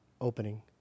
opening